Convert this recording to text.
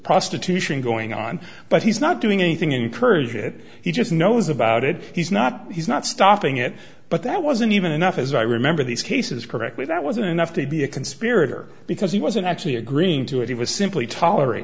prostitution going on but he's not doing anything encourage it he just knows about it he's not he's not stopping it but that wasn't even enough as i remember these cases correctly that wasn't enough to be a conspirator because he wasn't actually agreeing to it it was simply tolera